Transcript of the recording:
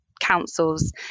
councils